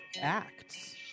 Acts